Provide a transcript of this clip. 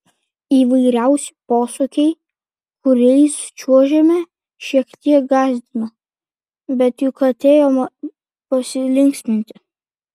įvairiausi posūkiai kuriais čiuožėme šiek tiek gąsdino bet juk atėjome pasilinksminti